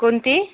कोणती